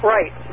Right